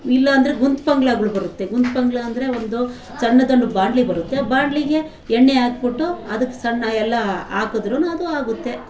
ಇಲ್ಲಾಂದರೆ ಗುಂತ್ ಪಂಗ್ಲಾಗಳ್ ಬರುತ್ತೆ ಗುಂತ್ ಪಂಗ್ಲಾ ಅಂದರೆ ಒಂದು ಸಣ್ಣದೊಂದು ಬಾಂಡಲಿ ಬರುತ್ತೆ ಆ ಬಾಂಡಲಿಗೆ ಎಣ್ಣೆ ಹಾಕ್ಬಿಟ್ಟು ಅದಕ್ಕೆ ಸಣ್ಣ ಎಲ್ಲ ಹಾಕುದ್ರು ಅದು ಆಗುತ್ತೆ